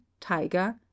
tiger